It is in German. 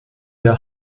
der